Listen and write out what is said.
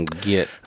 get